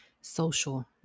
social